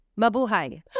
Mabuhay